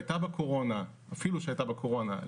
אפילו שהייתה בה קורונה,